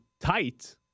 tight